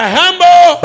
humble